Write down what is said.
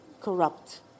corrupt